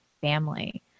family